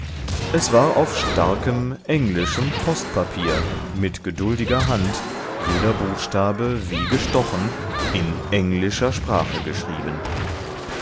es war auf starkem englischem postpapier mit geduldiger hand jeder buchstabe wie gestochen in englischer sprache geschrieben